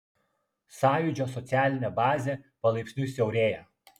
sąjūdžio socialinė bazė palaipsniui siaurėja